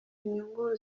inyungu